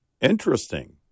Interesting